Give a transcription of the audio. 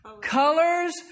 colors